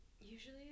Usually